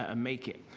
ah make it.